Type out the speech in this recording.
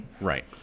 Right